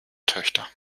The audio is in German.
töchter